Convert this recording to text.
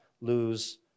lose